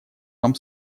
вам